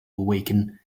awaken